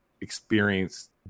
experience